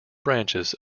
branches